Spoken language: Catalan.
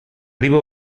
riba